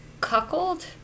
cuckold